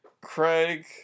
Craig